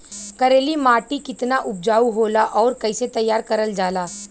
करेली माटी कितना उपजाऊ होला और कैसे तैयार करल जाला?